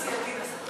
סיעתי נסעה.